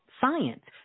science